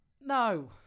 no